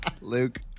Luke